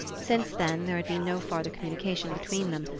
since then there had been no farther communication between them,